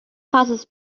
passes